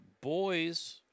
Boys